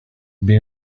been